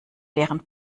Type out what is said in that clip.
deren